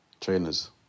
trainers